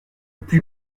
puis